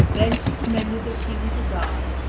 then she commended the king to god,